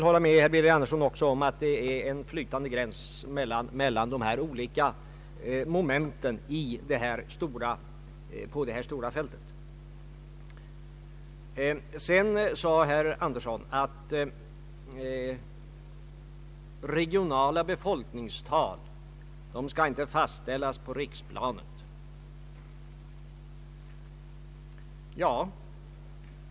Herr Birger Andersson sade att regionala befolkningstal inte skall fastställas på riksplanet.